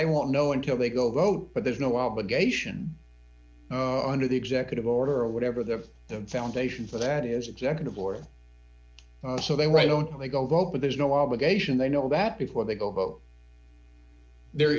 they won't know until they go vote but there's no obligation under the executive order or whatever the foundation for that is executive order so they write don't they go vote but there's no obligation they know that before they go vote there